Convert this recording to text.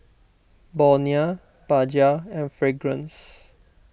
Bonia Bajaj and Fragrance